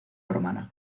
romana